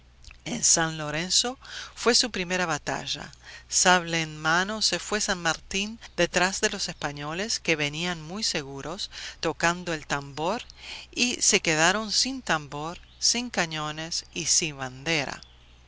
en san lorenzo fue su primera batalla sable en mano se fue san martín detrás de los españoles que venían muy seguros tocando el tambor y se quedaron sin tambor sin cañones y sin bandera